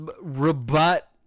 rebut